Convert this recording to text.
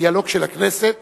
הדיאלוג של הכנסת,